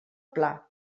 pla